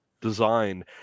design